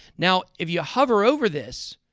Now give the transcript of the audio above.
now, if you hover over this,